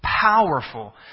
powerful